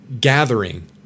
gathering